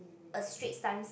a Straits Times